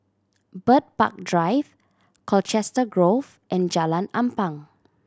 Bird Park Drive Colchester Grove and Jalan Ampang